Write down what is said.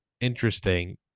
interesting